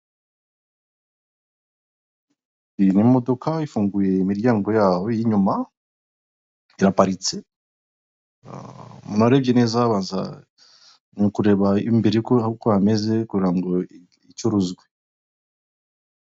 Imodoka ifunguye imiryango y'inyuma iraparitse. Umuntu arebye neza, abanza kureba imbere ko hameze kugirango icuruzwe.